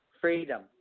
freedom